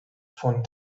von